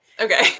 okay